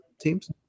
teams